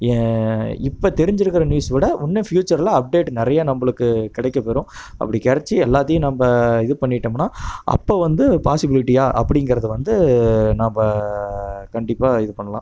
ஏன் இப்போ தெரிஞ்சிருக்கிற நியூஸ் கூட இன்னும் ஃப்யூச்சர்ல அப்டேட் நிறைய நம்மளுக்கு கிடைக்கப்பெறும் அப்படி கிடைச்சி எல்லாத்தையும் நம்ம இது பண்ணிட்டோம்ன்னா அப்போ வந்து பாசிபிலிட்டியாக அப்படிங்கறது வந்து நம்ம கண்டிப்பாக இது பண்ணலாம்